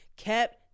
kept